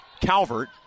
Calvert